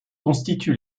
constitue